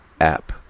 app